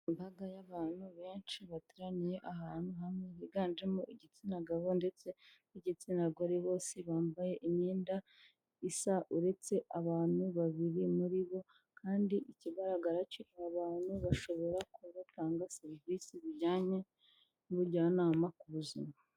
Imbaga y'abantu benshi bateraniye ahantu hamwe, higanjemo igitsina gabo ndetse n'igitsina gore, bose bambaye imyenda isa uretse abantu babiri muri bo, kandi ikigaragara cyo aba abantu bashobora kuba batanga serivisi zijyanye n'ubujyanama ku buzima.